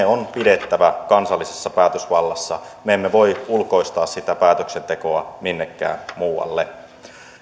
on pidettävä kansallisessa päätösvallassa me emme voi ulkoistaa sitä päätöksentekoa minnekään muualle